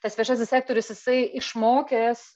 tas viešasis sektorius jisai išmokęs